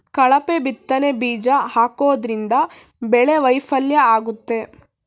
ಕಳಪೆ ಬಿತ್ತನೆ ಬೀಜ ಹಾಕೋದ್ರಿಂದ ಬೆಳೆ ವೈಫಲ್ಯ ಆಗುತ್ತೆ